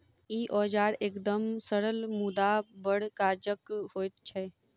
ई औजार एकदम सरल मुदा बड़ काजक होइत छै